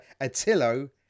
Attilo